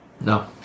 No